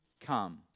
come